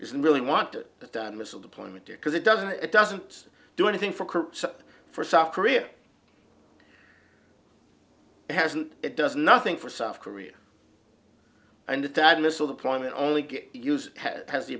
isn't really want it done missile deployment there because it doesn't it doesn't do anything for for south korea hasn't it does nothing for south korea and that missile the point to only get use has the